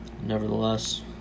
nevertheless